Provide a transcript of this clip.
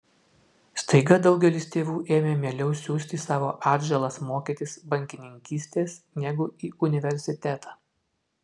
staiga daugelis tėvų ėmė mieliau siųsti savo atžalas mokytis bankininkystės negu į universitetą